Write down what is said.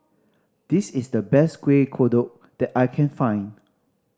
this is the best Kueh Kodok that I can find